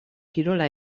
kirola